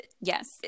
Yes